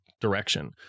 direction